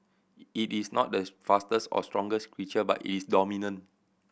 it is not the fastest or strongest creature but it is dominant